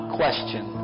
question